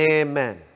amen